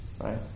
right